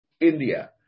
India